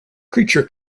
creature